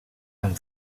amb